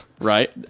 right